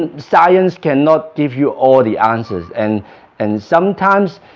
and science cannot give you all the answers and and sometimes